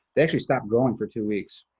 they actually stopped growing for two weeks,